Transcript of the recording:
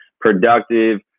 productive